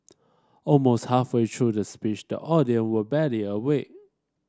almost halfway through the speech the audience were barely awake